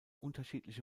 unterschiedliche